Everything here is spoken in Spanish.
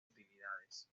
utilidades